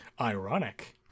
Ironic